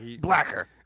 blacker